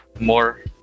More